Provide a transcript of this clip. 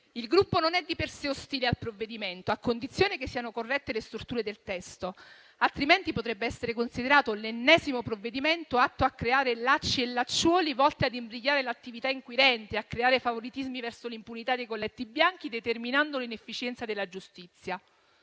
Il Gruppo non è di per sé ostile al provvedimento, a condizione che siano corrette le storture del testo, altrimenti potrebbe essere considerato l'ennesimo provvedimento atto a creare lacci e lacciuoli volti ad imbrigliare l'attività inquirente, a creare favoritismi verso l'impunità dei colletti bianchi, determinando l'inefficienza della giustizia.